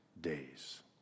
days